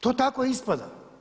To tako ispada.